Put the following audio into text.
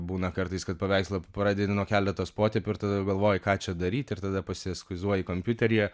būna kartais kad paveikslą pradedi nuo keletos potėpių ir tada jau galvoji ką čia daryti ir tada pasieskizuoji kompiuteryje